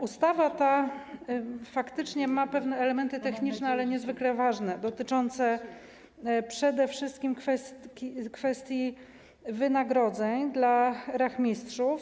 Ustawa ta faktycznie ma pewne elementy techniczne, ale niezwykle ważne, dotyczące przede wszystkim kwestii wynagrodzeń dla rachmistrzów.